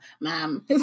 mom